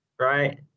right